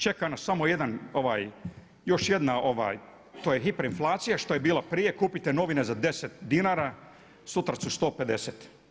Čeka nas samo jedan, još jedna, to je hiperinflacija, šta je bila prije, kupite novine za 10 dinara, sutra su 150.